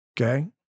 okay